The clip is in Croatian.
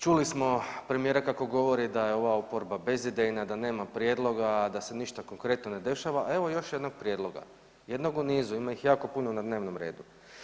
Čuli smo premijera kako govori da je ova oporba bezidejna, da nema prijedloga, da se ništa konkretno ne dešava, evo još jednog prijedloga, jednog u nizu, ima ih jako puno na dnevnom redu.